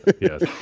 Yes